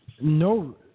no